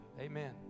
Amen